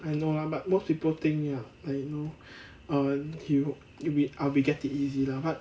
I know lah but most people think ya like you know err you you we ah we get it easy lah but